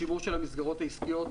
השימור של המסגרות העסקיות.